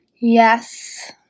Yes